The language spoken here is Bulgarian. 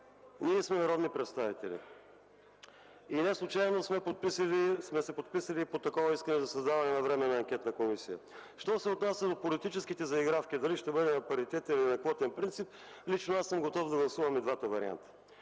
Ние сме народни представители и неслучайно сме се подписали под искането за създаване на Временна анкетна комисия. Що се отнася до политическите заигравки – дали ще бъде на паритетен, или на квотен принцип, лично аз съм готов да гласувам и двата варианта.